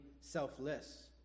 selfless